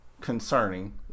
concerning